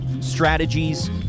strategies